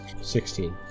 Sixteen